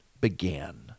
began